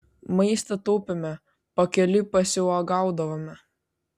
maistą taupėme pakeliui pasiuogaudavome